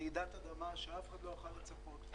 רעידת אדמה שאף אחד לא יכול היה לצפות.